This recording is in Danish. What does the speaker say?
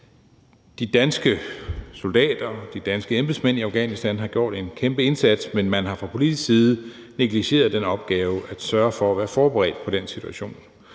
De danske soldater og de danske embedsmænd i Afghanistan har gjort en kæmpe indsats, men man har fra politisk side negligeret den opgave at sørge for at være forberedt på den situation.